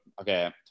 okay